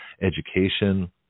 education